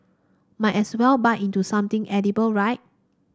might as well bite into something edible right